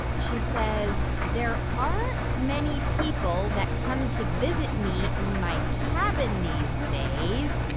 she says, there aren't many people that come to visit me in my cabin these days.